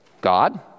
God